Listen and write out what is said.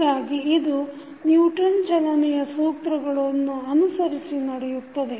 ಹೀಗಾಗಿ ಇದು ನಿವ್ಟನ್ ಚಲನೆಯ ಸೂತ್ರಗಳನ್ನು Newton's law of motion ಅನುಸರಿಸಿ ನಡೆಯುತ್ತದೆ